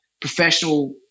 professional